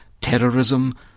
terrorism